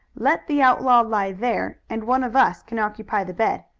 let the outlaw lie there and one of us can occupy the bed.